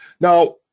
Now